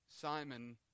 Simon